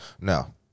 No